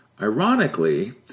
Ironically